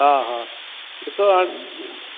हा हा ॾिसो